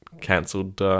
cancelled